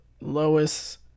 Lois